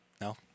No